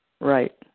Right